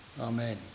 Amen